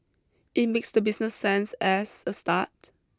it makes the business sense as a start